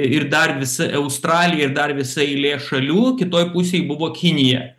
ir dar visa australija ir dar visa eilė šalių kitoj pusėj buvo kinija